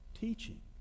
Teaching